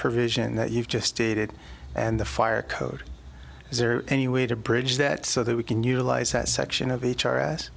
provision that you've just stated and the fire code is there any way to bridge that so that we can utilize that section of h r s